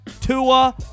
Tua